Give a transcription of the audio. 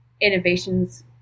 innovations